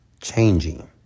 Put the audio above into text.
changing